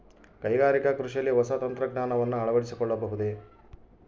ಕೈಗಾರಿಕಾ ಕೃಷಿಯಲ್ಲಿ ಹೊಸ ತಂತ್ರಜ್ಞಾನವನ್ನ ಅಳವಡಿಸಿಕೊಳ್ಳಬಹುದೇ?